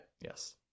Yes